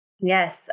Yes